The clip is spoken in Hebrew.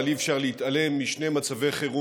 אבל אי-אפשר להתעלם משני מצבי חירום